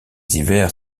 hivers